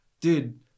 dude